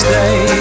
Stay